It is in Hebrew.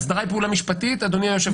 האסדרה היא פעולה משפטית, אדוני היושב-ראש?